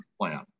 plan